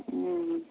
उम